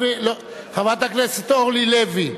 חברת הכנסת אורלי לוי,